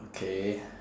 okay